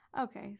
Okay